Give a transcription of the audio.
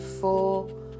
four